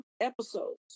episodes